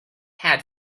had